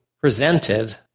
presented